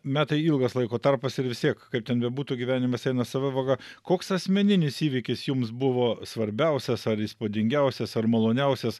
metai ilgas laiko tarpas ir vis tiek kaip ten bebūtų gyvenimas eina sava vaga koks asmeninis įvykis jums buvo svarbiausias ar įspūdingiausias ar maloniausias